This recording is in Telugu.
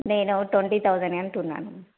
నేను ట్వంటీ థౌసండ్ అంటున్నాను